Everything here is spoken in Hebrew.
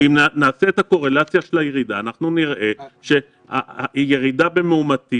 אם נעשה את הקורלציה של הירידה נראה שהירידה מאומתים